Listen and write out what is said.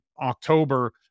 October